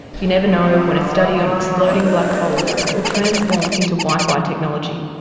you never know when a study on exploding black holes will transform into wi-fi technology.